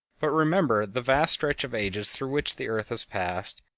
but remember the vast stretch of ages through which the earth has passed,